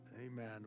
amen